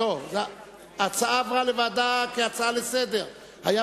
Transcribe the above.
ההצעה עברה לוועדה כהצעה לסדר-היום,